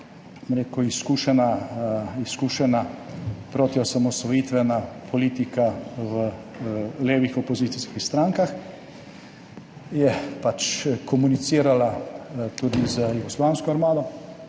izkušena protiosamosvojitvena politika v levih opozicijskih strankah je pač komunicirala tudi z Jugoslovansko ljudsko